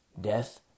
Death